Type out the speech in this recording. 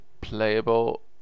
playable